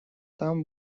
там